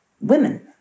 women